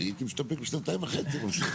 הייתי מסתפק בשנתיים וחצי.